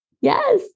Yes